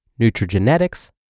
nutrigenetics